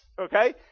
Okay